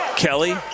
Kelly